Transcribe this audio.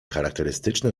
charakterystyczne